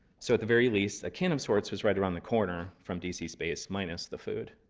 so at the very least, a kin of sorts was right around the corner from d c. space, minus the food.